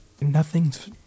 Nothing's